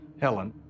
Helen